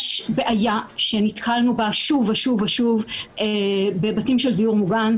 יש בעיה שנתקלנו בה שוב ושוב בבתים של דיור מוגן,